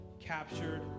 captured